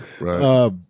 right